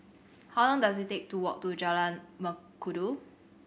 how long dose it take to walk to Jalan Mengkudu